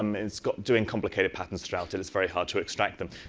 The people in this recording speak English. um it's doing complicated patterns throughout. and it's very hard to extracted them.